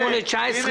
הלאה, ארז.